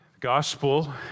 Gospel